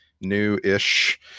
new-ish